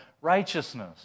righteousness